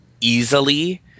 easily